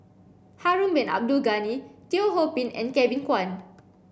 Harun Bin Abdul Ghani Teo Ho Pin and Kevin Kwan